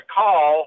call